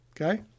Okay